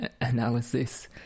analysis